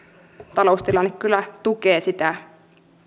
taloustilanne kyllä tukee sitä